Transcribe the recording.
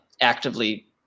actively